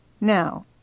Now